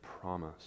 promise